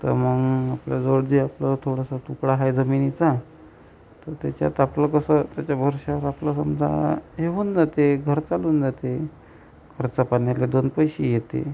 तर मग आपल्याजवळ जे आपलं थोडासा तुकडा आहे जमिनीचा तर त्याच्यात आपलं कसं त्याच्या भरवशावर आपलं समजा हे होऊन जाते घर चालून जाते खर्चापाण्याला दोन पैसे येते